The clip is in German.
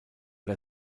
der